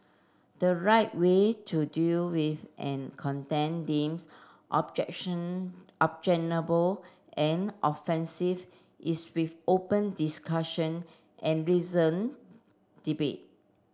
the right way to deal with any content deems objection objectionable and offensive is with open discussion and reasoned debate